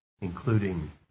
including